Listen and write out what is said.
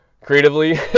creatively